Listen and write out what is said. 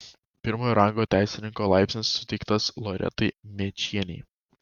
pirmojo rango teisininko laipsnis suteiktas loretai mėčienei